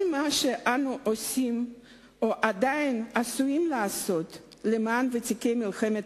כל מה שאנו עושים או עדיין עשויים לעשות למען ותיקי מלחמת